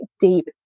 deep